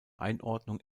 einordnung